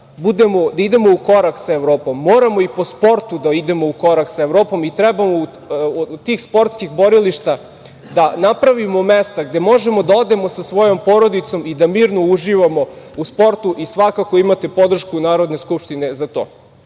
da idemo u korak sa Evropom moramo i po sportu da idemo u korak sa Evropom i trebamo od tih sportskih borilišta da napravimo mesta gde možemo da odemo sa svojom porodicom i da mirno uživamo u sportu i svakako imate podršku Narodne skupštine za